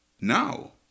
Now